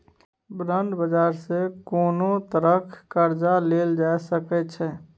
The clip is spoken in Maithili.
बांड बाजार सँ कोनो तरहक कर्जा लेल जा सकै छै